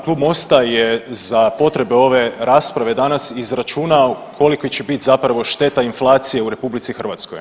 Klub Mosta je za potrebe ove rasprave danas izračunao koliko će biti zapravo šteta inflacije u RH.